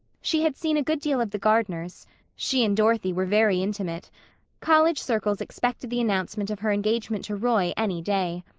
she had seen a good deal of the gardners she and dorothy were very intimate college circles expected the announcement of her engagement to roy any day.